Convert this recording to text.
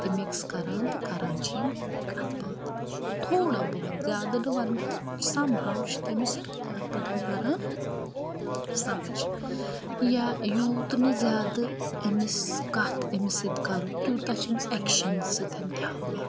تہِ مِکس کَران تہٕ کَران چھِ یِم کَتھ باتھ تھوڑا بہت زیادٕ نہٕ وَنہٕ بہٕ تہٕ سَم ہاو چھُ تٔمِس کِتھ کَن پٲٹھۍ تَران سَمجھ یا یوٗت نہٕ زیادٕ أمِس کَتھ أمِس سۭتۍ کَرو تیوٗتاہ چھِ أمِس اٮ۪کشَن سۭتۍ تہِ ہاوان